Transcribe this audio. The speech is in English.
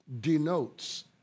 denotes